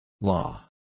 Law